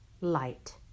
light